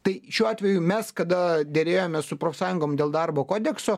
tai šiuo atveju mes kada derėjomės su profsąjungom dėl darbo kodekso